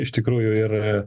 iš tikrųjų ir